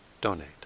donate